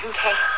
Okay